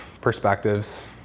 perspectives